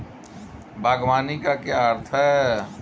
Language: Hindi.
बागवानी का क्या अर्थ है?